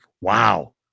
Wow